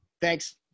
Thanks